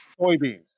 Soybeans